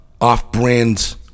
off-brand